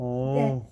oh